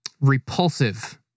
repulsive